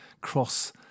cross